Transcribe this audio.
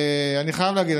אני חייב להגיד,